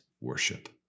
worship